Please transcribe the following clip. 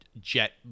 jet